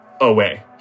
away